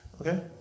Okay